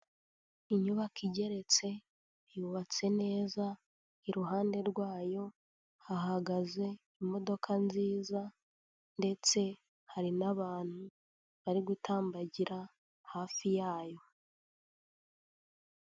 Inyubako igeretse yubatse neza iruhande rwayo hahagaze imodoka nziza ndetse hari n'abantu bari gutambagira hafi yayo.